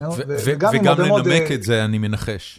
וגם לנמק את זה, אני מנחש.